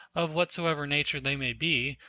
of whatsoever nature they may be,